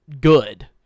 good